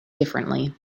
differently